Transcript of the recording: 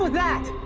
that?